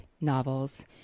novels